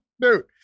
Dude